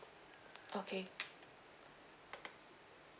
okay